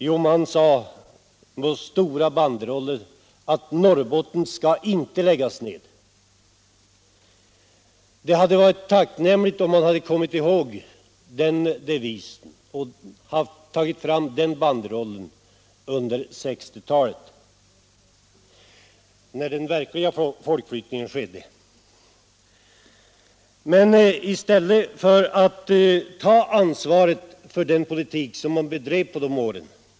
Jo, de krävde med stora banderoller: ”Norrbotten skall inte läggas ner.” Det hade varit tacknämligt om de velat ta fram den devisen under 1960-talet, när den verkliga folkflyttningen skedde — men de vill inte ta ansvaret för den politik som bedrevs under de åren.